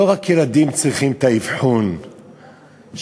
לא רק ילדים צריכים את האבחון הפסיכו-דידקטי.